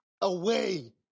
away